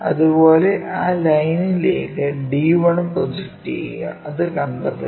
അതുപോലെ ആ ലൈനിലേക്ക് d1 പ്രോജക്റ്റ് ചെയ്യുക അത് കണ്ടെത്തുക